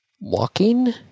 walking